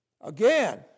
Again